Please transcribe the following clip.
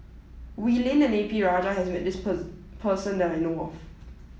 Wee Lin and A P Rajah has met this person that I know of